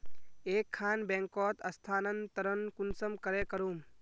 एक खान बैंकोत स्थानंतरण कुंसम करे करूम?